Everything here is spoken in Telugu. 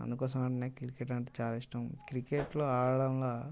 అందుకోసం నాకు క్రికెట్ అంటే చాలా ఇష్టం క్రికెట్లో ఆడంగా